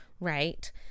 right